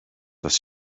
das